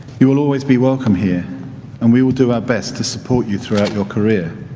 you will always be welcome here and we will do our best to support you throughout your career.